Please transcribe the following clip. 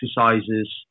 exercises